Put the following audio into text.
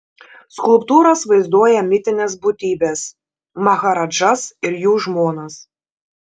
skulptūros vaizduoja mitines būtybes maharadžas ir jų žmonas